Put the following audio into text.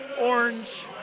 orange